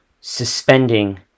suspending